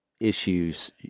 issues